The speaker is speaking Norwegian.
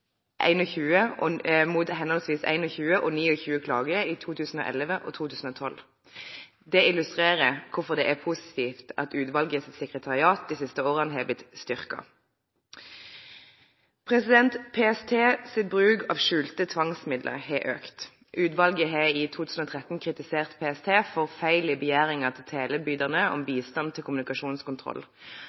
og 29 klager i 2011 og 2012. Det illustrerer hvorfor det er positivt at utvalgets sekretariat har blitt styrket de siste årene. PSTs bruk av skjulte tvangsmidler har økt. I 2013 kritiserte utvalget PST for feil i begjæringer til teletilbydere om bistand til kommunikasjonskontroll,